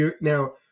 Now